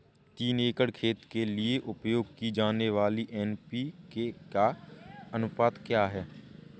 तीन एकड़ खेत के लिए उपयोग की जाने वाली एन.पी.के का अनुपात क्या है?